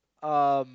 um